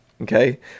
okay